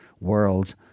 world